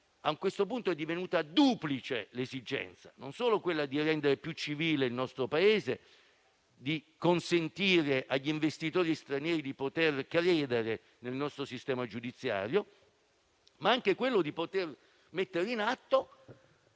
A questo punto è divenuta duplice l'esigenza: non solo rendere più civile il nostro Paese e consentire agli investitori stranieri di credere nel nostro sistema giudiziario, ma anche mettere in atto